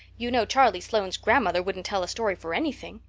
you know charlie sloane's grandmother wouldn't tell a story for anything.